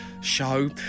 show